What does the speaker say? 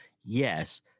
yes